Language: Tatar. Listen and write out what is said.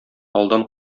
алдан